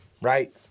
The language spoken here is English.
right